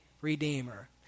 Redeemer